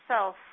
self